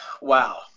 Wow